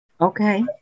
Okay